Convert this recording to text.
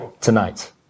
tonight